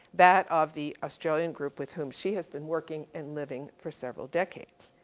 that of the australian group with whom she has been working and living for several decades.